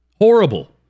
Horrible